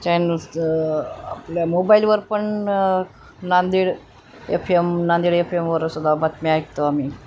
चॅनल्सचं आपल्या मोबाईलवर पण Nanded F M Nanded F एमवर सुद्धा बातम्या ऐकतो आम्ही